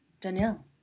Danielle